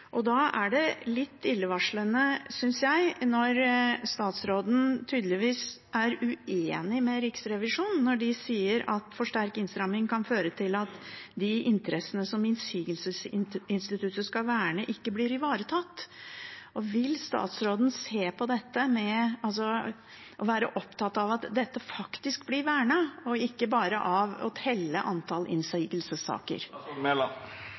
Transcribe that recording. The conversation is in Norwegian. litt illevarslende når statsråden tydeligvis er uenig med Riksrevisjonen, når de sier at en for sterk innstramming kan føre til at de interessene som innsigelsesinstituttet skal verne, ikke blir ivaretatt. Vil statsråden se på dette og være opptatt av at dette faktisk blir vernet, og ikke bare av å telle